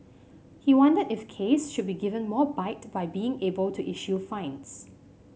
he wondered if case should be given more bite by being able to issue fines